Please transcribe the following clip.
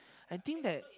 I think that